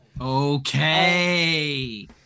Okay